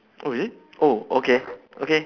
oh is it oh okay okay